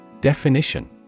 Definition